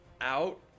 out